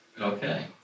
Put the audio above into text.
Okay